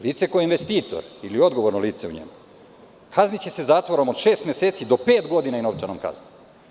Lice koje je investitor ili odgovorno lice u njemu kazniće se zatvorom od šest meseci do pet godina i novčanom kaznom.